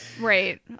Right